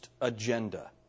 agenda